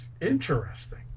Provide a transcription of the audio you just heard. interesting